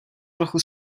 trochu